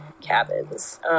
cabins